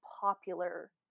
popular